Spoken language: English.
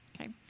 Okay